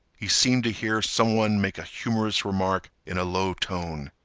he seemed to hear some one make a humorous remark in a low tone.